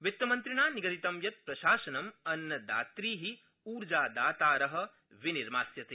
वित्तमन्त्रिणा निगदितं यत् प्रशासनम् अन्दातृः उर्जादातार विनिर्मास्यते